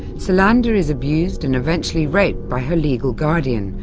salander is abused and eventually raped by her legal guardian,